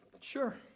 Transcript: Sure